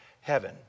heaven